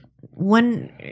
one